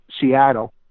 Seattle